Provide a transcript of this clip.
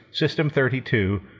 system32